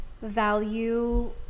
value